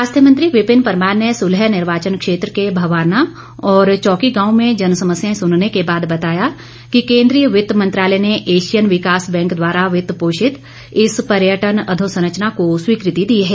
स्वास्थ्य मंत्री विपिन परमार ने सुल्ह निर्वाचन क्षेत्र के भवारना और चौकी गांव में जनसमस्याएं सुनने के बाद बताया कि केंद्रीय वित्त मंत्रालय ने एशियन विकास बैंक द्वारा वित्त पोषित इस पर्यटन अधोसंरचना को स्वीकृति दी है